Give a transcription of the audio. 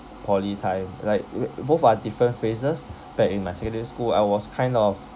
poly time like w~ both are different phases back in my secondary school I was kind of